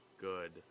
good